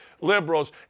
liberals